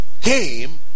came